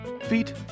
feet